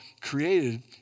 created